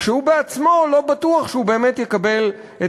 כשהוא בעצמו לא בטוח שהוא באמת יקבל את